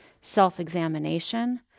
self-examination